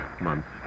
month's